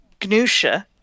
Gnusha